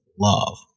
love